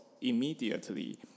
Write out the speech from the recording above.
immediately